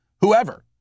whoever